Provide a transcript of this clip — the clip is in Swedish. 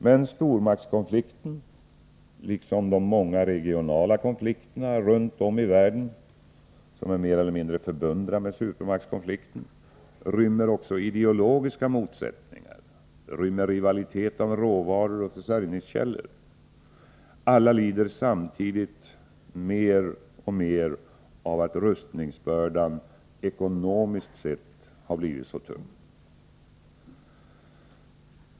Men supermaktskonflikten — liksom de många regionala konflikterna runt om i världen, som är mer eller mindre förbundna med supermaktskonflikten — rymmer också ideologiska motsättningar, rivalitet om råvaror och försörjningskällor. Alla lider samtidigt alltmer av att rustningsbördan ekonomiskt sett har blivit så tung.